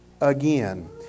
again